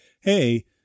hey